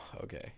Okay